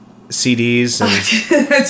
cds